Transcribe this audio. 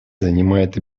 занимает